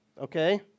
Okay